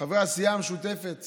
חברי הסיעה המשותפת